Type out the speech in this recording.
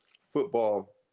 football